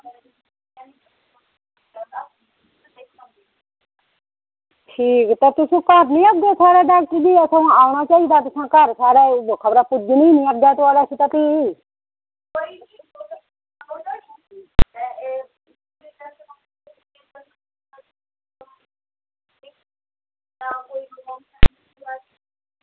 ते ठीक बाऽ तुस घर निं औगे साढ़े ते तुसें औना चाहिदा घर साढ़े खबरै पुज्जनै निं थुआढ़े कश भी